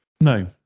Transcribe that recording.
No